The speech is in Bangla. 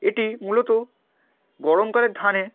এটি মূলত গরমকালের ধানে